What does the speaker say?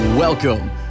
Welcome